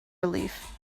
relief